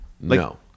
no